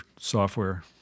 software